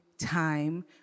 time